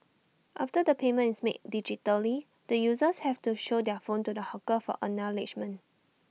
after the payment is made digitally the users have to show their phone to the hawker for acknowledgement